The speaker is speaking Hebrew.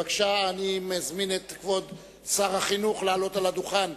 בבקשה, אני מזמין את כבוד שר החינוך לעלות לדוכן.